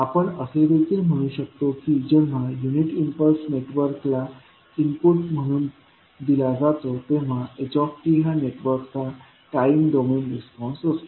आपण असे देखील म्हणू शकतो की जेव्हा युनिट इम्पल्स नेटवर्कला इनपुट म्हणून दिला जातो तेव्हा h हा नेटवर्कचा टाईम डोमेन रिस्पॉन्स असतो